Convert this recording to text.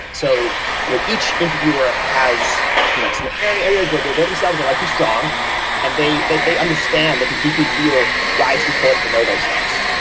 so you know each interviewer has you know some areas where where they themselves are likely strong and they they understand, they can deeply feel why it's important to know those things.